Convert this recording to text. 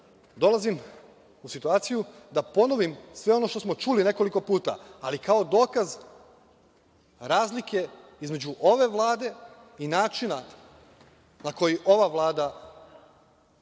dolazim u situaciju da ponovim sve ono što smo čuli nekoliko puta, ali kao dokaz razlike između ove Vlade i načina na koji ova Vlada vrši